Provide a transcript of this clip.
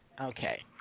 Okay